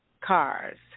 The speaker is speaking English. cars